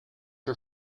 her